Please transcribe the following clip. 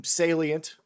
salient